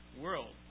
world